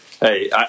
hey